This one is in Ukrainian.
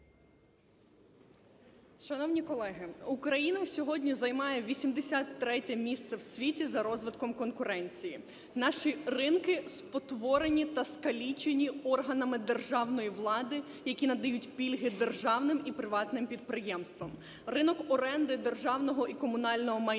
Шановні колеги! Україна сьогодні займає 83 місце в світі за розвитком конкуренції. Наші ринки спотворені та скалічені органами державної влади, які надають пільги державним і приватним підприємствам. Ринок оренди державного і комунального майна